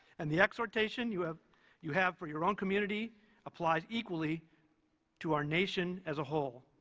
and the exhortation you have you have for your own community applies equally to our nation as a whole